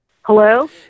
Hello